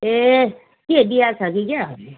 ए के बिहा छ कि क्या हौ